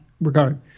regard